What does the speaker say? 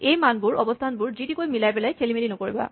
এই মানবোৰ অৱস্হানবোৰ যি টিকৈ মিলাই পেলাই খেলিমেলি নকৰিবা